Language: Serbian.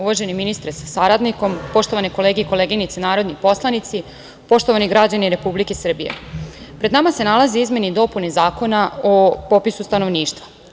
Uvaženi ministre sa saradnikom, poštovane kolege i koleginice narodni poslanici, poštovani građani Republike Srbije, pred nama se nalaze izmene i dopune Zakona o popisu stanovništva.